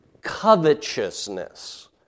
covetousness